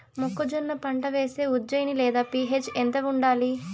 మొక్కజొన్న పంట వేస్తే ఉజ్జయని లేదా పి.హెచ్ ఎంత ఉండాలి?